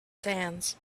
sands